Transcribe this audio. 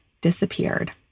disappeared